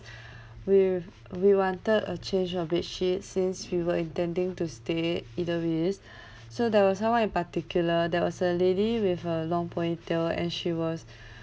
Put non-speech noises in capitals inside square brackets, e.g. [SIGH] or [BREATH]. [BREATH] we we wanted a change of bed sheet since we were intending to stay either ways [BREATH] so there was someone in particular there was a lady with her long ponytail and she was [BREATH]